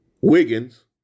Wiggins